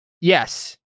yes